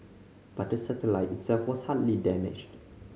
but the satellite itself was hardly damaged